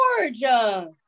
Georgia